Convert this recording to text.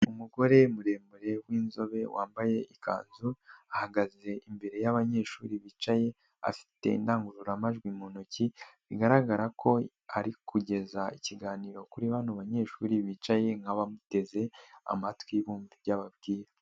Umugore muremure w'inzobe wambaye ikanzu ahagaze imbere y'abanyeshuri bicaye, afite indangururamajwi mu ntoki bigaragara ko ari kugeza ikiganiro kuri bano banyeshuri bicaye nk'abamuteze amatwi bumve ibyo ababwira.